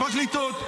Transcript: הפרקליטות.